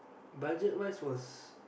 budget wise was